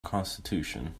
constitution